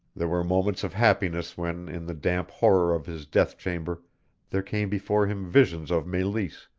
there were moments of happiness when in the damp horror of his death-chamber there came before him visions of meleese,